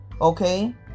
Okay